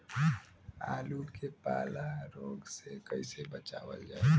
आलू के पाला रोग से कईसे बचावल जाई?